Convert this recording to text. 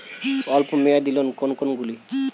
অল্প মেয়াদি লোন কোন কোনগুলি?